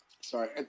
sorry